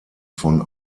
von